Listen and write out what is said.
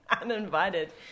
Uninvited